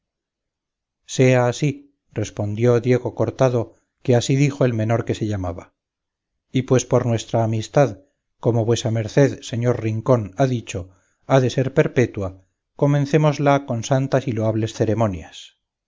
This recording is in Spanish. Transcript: sea así respondió diego cortado que así dijo el menor que se llamaba y pues nuestra amistad como vuesa merced señor rincón ha dicho ha de ser perpetua comencémosla con santas y loables ceremonias